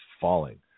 falling